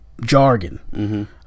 jargon